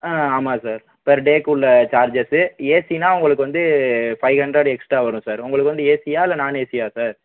ஆ ஆமாம் sir per டேக்குள்ளே charges ஏசினா உங்களுக்கு வந்து ஃபைவ் ஹண்ட்ரெட் எக்ஸ்டா வரும் சார் உங்களுக்கு வந்து ஏசியா இல்லை நாண் ஏசியா சார்